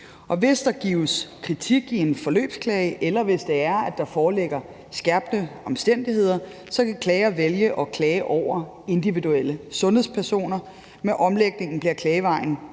hvis der gives kritik i en forløbsklage, eller hvis der foreligger skærpende omstændigheder, kan klager vælge at klage over individuelle sundhedspersoner. Med omlægningen bliver klagevejen